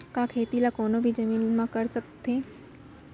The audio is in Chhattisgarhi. का खेती ला कोनो भी जमीन म कर सकथे?